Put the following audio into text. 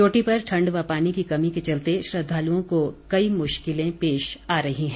चोटी पर ठण्ड व पानी की कमी के चलते श्रद्वालुओं को कई मुश्किलें पेश आ रही हैं